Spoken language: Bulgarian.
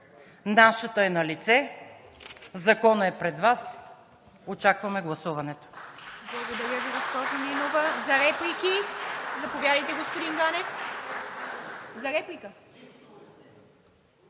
Нашата е налице – Законът е пред Вас, очакваме гласуването.